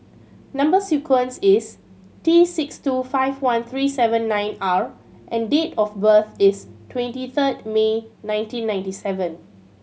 number sequence is T six two five one three seven nine R and date of birth is twenty third May nineteen ninety seven